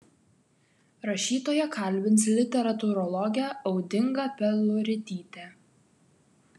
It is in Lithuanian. rašytoją kalbins literatūrologė audinga peluritytė